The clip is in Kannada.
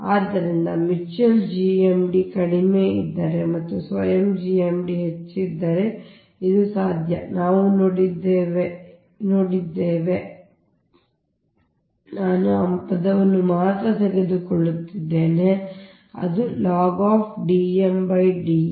ಆದ್ದರಿಂದ ಮ್ಯೂಚುಯಲ್ GMD ಕಡಿಮೆಯಿದ್ದರೆ ಮತ್ತು ಸ್ವಯಂ GMD ಹೆಚ್ಚಿದ್ದರೆ ಇದು ಸಾಧ್ಯ ನಾವು ನೋಡಿದ್ದೇವೆ ಇಲ್ಲ ನಾನು ಆ ಪದವನ್ನು ಮಾತ್ರ ತೆಗೆದುಕೊಳ್ಳುತ್ತಿದ್ದೇನೆ ಆ ಅಭಿವ್ಯಕ್ತಿ ಬಂದಾಗಲೆಲ್ಲಾ log Dm Ds